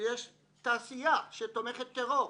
שיש תעשייה שתומכת טרור,